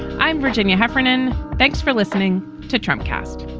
i'm virginia. heffernan, thanks for listening to dreamcast